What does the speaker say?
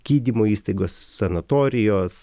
gydymo įstaigos sanatorijos